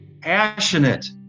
passionate